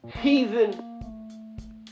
heathen